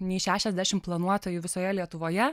nei šešiasdešim planuotojų visoje lietuvoje